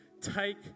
take